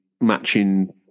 matching